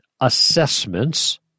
assessments